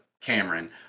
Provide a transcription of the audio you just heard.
Cameron